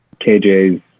kj's